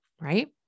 right